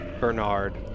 Bernard